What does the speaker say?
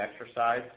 exercise